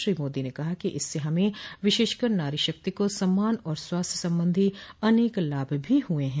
श्री मोदी ने कहा कि इससे हमें विशेषकर नारी शक्ति को सम्मान और स्वास्थ्य संबंधी अनेक लाभ भी हुए हैं